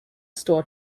store